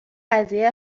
قضیه